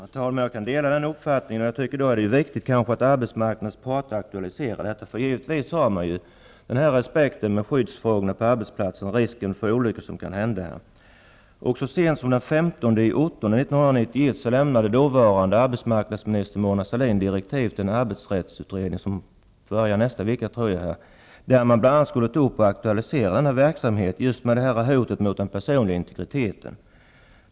Herr talman! Jag kan dela den uppfattningen. Det är viktigt att arbetsmarknadens parter aktualiserar detta. Givetvis har man respekt för skyddsfrågorna på arbetsplatsen och beaktar risken för olyckor som kan hända. Så sent som den 15 augusti 1991 lämnade dåvarande arbetsmarknadsminister Mona Sahlin direktiv till en arbetsrättsutredning som jag tror börjar sitt arbete nästa vecka. Utredningen skulle bl.a. ta upp denna fråga och också aktualisera frågan om hotet mot den personliga integriteten.